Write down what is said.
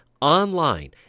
online